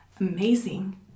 amazing